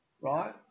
Right